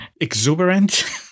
exuberant